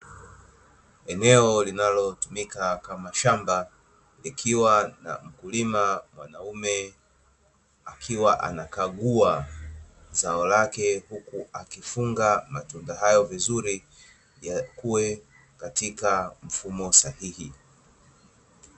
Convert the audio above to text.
Eneo linalotumika kama shamba likiwa na mkulima mwanaume akiwa anakagua zao lake huku akifunga matunda hayo vizuri yakuae katika mfumo sahihi.